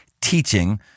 teaching